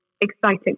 exciting